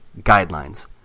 guidelines